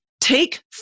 take